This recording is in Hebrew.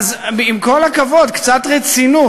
אז עם כל הכבוד, קצת רצינות.